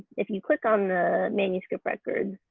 if you click on the manuscript records,